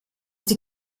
die